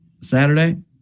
Saturday